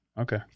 Okay